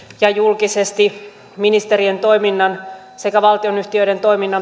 ja julkisesti ministerien toiminnan sekä valtionyhtiöiden toiminnan